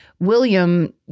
William